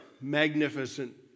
magnificent